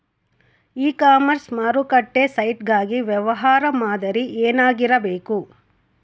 E commerce ಮಾರುಕಟ್ಟೆ site ಗಾಗಿ ವ್ಯವಹಾರ ಮಾದರಿ ಏನಾಗಿರಬೇಕು?